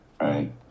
right